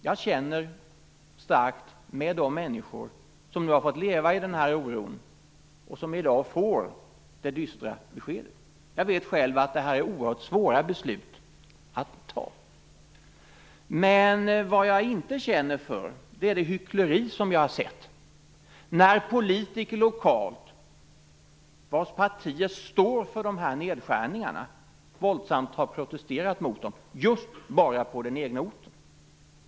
Jag känner starkt med de människor som nu har fått leva med den här oron och som i dag får det dystra beskedet. Jag vet själv att detta är oerhört svåra beslut att fatta. Men jag känner inte för det hyckleri som jag har sett när politiker, vars partier står för de här nedskärningarna, våldsamt har protesterat mot dem lokalt, just bara på den egna orten.